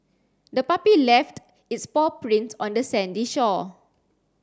the puppy left its paw prints on the sandy shore